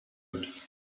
would